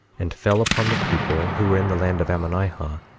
and fell upon the people who were in the land of ammonihah,